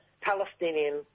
Palestinian